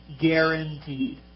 guaranteed